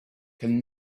can